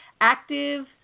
Active